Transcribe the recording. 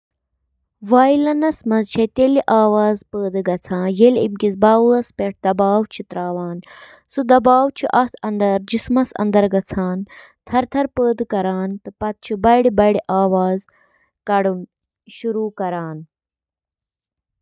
Skin Indian طرفن چھِ لٔٹہِ آسان، یتھ ریڈنگ تہِ ونان چھِ، واریاہو وجوہاتو کِنۍ، یتھ منٛز شٲمِل چھِ: جعل سازی تہٕ کلپنگ رُکاوٕنۍ، بوزنہٕ یِنہٕ والیٚن ہٕنٛز مدد، لباس کم کرُن تہٕ باقی۔